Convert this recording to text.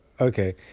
okay